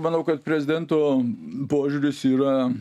manau kad prezidento požiūris yra